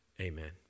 Amen